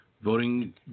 voting